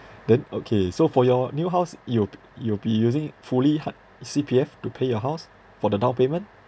then okay so for your new house you b~ you'll be using fully hun~ C_P_F to pay your house for the down payment